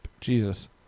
Jesus